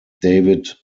david